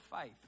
faith